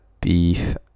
Beef